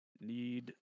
need